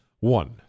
One